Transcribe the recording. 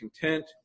content